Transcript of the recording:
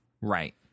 Right